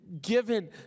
given